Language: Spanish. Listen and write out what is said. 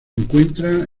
encuentra